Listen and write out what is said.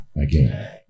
again